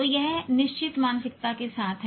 तो यह निश्चित मानसिकता के साथ है